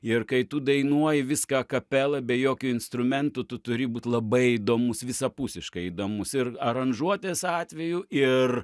ir kai tu dainuoji viską kapela be jokių instrumentų tu turi būti labai įdomus visapusiškai įdomus ir aranžuotės atveju ir